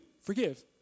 Forgive